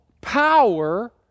power